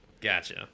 Gotcha